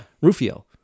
Rufio